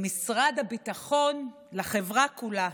למשרד הביטחון, לחברה כולה.